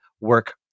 work